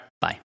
Bye